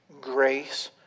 grace